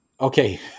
Okay